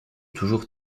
toujours